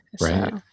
Right